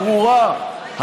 הברורה,